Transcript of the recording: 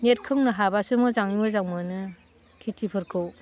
net खोंनो हाबासो मोजाङै मोजां मोनो खेथिफोरखौ